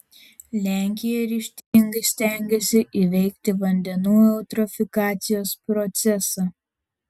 lenkija ryžtingai stengiasi įveikti vandenų eutrofikacijos procesą